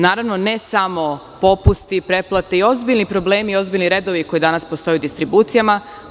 Naravno, ne samo popusti, pretplate i ozbiljni problemi i ozbiljni redovi koji danas postoje u distribucijama.